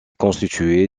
constituée